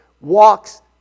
walks